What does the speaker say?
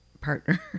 partner